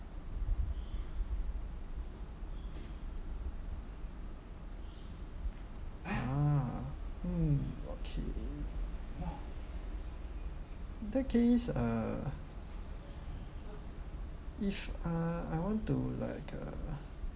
!huh! mm okay in that case uh if uh I want to like uh